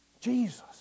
jesus